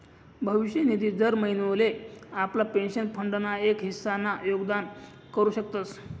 भविष्य निधी दर महिनोले आपला पेंशन फंड ना एक हिस्सा ना योगदान करू शकतस